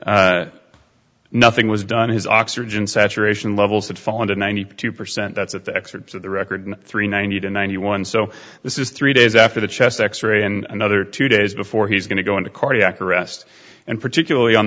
nothing was done his oxygen saturation levels had fallen to ninety two percent that's at the excerpts of the record three ninety eight and ninety one so this is three days after the chest x ray and another two days before he's going to go into cardiac arrest and particularly on